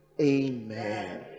Amen